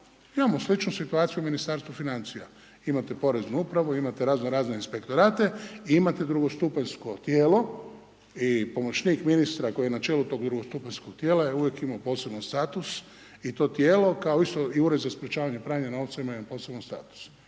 imamo sličnu situaciju u Ministarstvu financija, imate poreznu upravu, imate raznorazne inspektorate i imate drugostupanjsko tijelo i pomoćnik ministra koji je na čelu tog drugostupanjskog tijela je uvijek imao poseban status i to tijelo kao isto i Ured za sprečavanje pranja novca ima jedan poseban status.